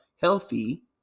healthy